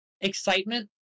excitement